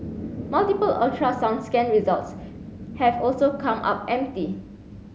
multiple ultrasound scan results have also come up empty